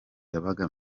yabaga